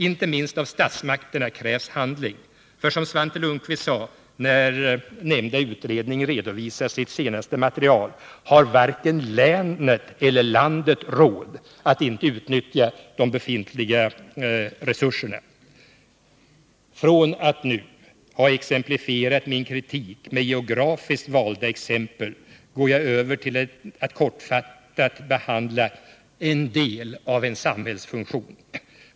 Inte minst av statsmakterna krävs handling, för som Svante Lundkvist sade när nämnda utredning redovisade sitt senaste material har varken länet eller landet råd att inte utnyttja de befintliga resurserna. Från att nu ha exemplifierat min kritik med geografiskt valda exempel går jag över till att kortfattat behandla en del av en samhällsfunktion.